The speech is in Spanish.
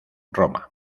roma